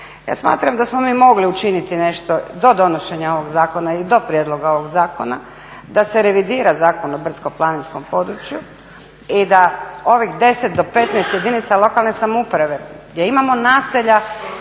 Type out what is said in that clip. Ja smatram da smo mi mogli učiniti nešto do donošenja ovog zakona ili do prijedloga ovog zakona da se revidira Zakon o brdsko-planinskom području i da ovih 10 do 15 jedinica lokalne samouprave gdje imamo naselja